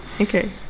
Okay